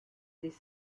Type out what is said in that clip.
des